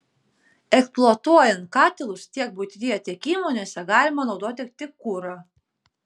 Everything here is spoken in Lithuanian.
eksploatuojant katilus tiek buityje tiek įmonėse galima naudoti tik kurą